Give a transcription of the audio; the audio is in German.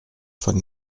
von